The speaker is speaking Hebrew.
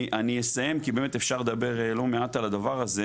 אני אסיים כי באמת אפשר לדבר לא מעט על הדבר הזה